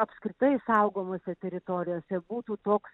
apskritai saugomose teritorijose būtų toks